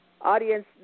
Audience